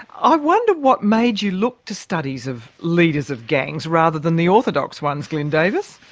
i wonder what made you look to studies of leaders of gangs rather than the orthodox ones, glyn davis.